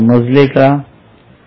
समजले का